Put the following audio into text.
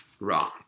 wrong